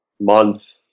month